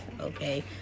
Okay